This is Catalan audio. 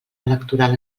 electoral